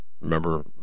remember